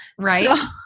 Right